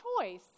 choice